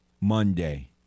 Monday